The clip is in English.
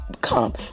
come